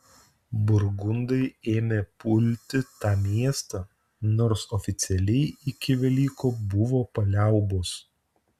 burgundai ėmė pulti tą miestą nors oficialiai iki velykų buvo paliaubos